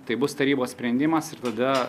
tai bus tarybos sprendimas ir tada